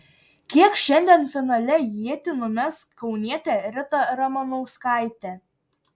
kiek šiandien finale ietį numes kaunietė rita ramanauskaitė